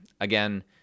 Again